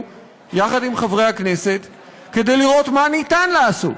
יחד עם חברי הכנסת כדי לראות מה ניתן לעשות.